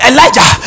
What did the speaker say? Elijah